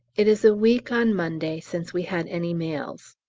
it is a week on monday since we had any mails.